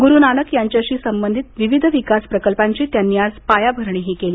गुरु नानक यांच्याशी संबंधित विविध विकास प्रकल्पांची त्यांनी आज पायाभरणीही केली